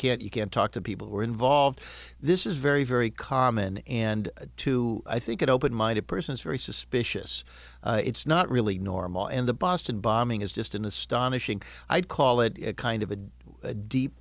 know you can't talk to people who are involved this is very very common and to i think it open minded persons very suspicious it's not really normal in the boston bombing is just an astonishing i'd call it kind of a deep